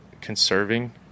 conserving